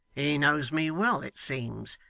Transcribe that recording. he knows me well, it seems.